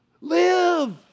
Live